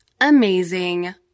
amazing